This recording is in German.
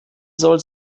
soll